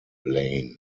lane